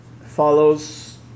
follows